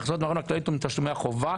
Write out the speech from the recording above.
ההכנסות מהארנונה הכללית ומתשלומי החובה